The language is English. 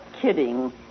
kidding